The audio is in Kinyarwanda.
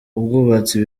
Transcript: ubwubatsi